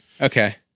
Okay